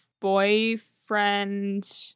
boyfriend